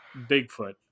Bigfoot